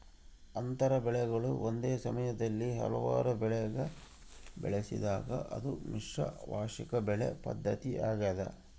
ಅಂತರ ಬೆಳೆಗಳು ಒಂದೇ ಸಮಯದಲ್ಲಿ ಹಲವಾರು ಬೆಳೆಗ ಬೆಳೆಸಿದಾಗ ಅದು ಮಿಶ್ರ ವಾರ್ಷಿಕ ಬೆಳೆ ಪದ್ಧತಿ ಆಗ್ಯದ